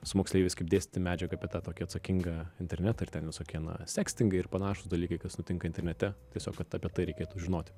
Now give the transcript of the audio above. su moksleiviais kaip dėstyti medžiagą apie tą tokį atsakingą internetą ir ten visokie na sekstingai ir panašūs dalykai kas nutinka internete tiesiog kad apie tai reikėtų žinoti